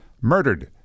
murdered